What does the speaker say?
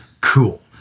cool